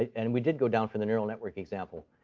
and we did go down for the neural network example,